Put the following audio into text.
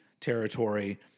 territory